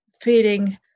feeling